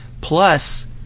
plus